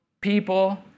people